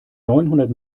neunhundert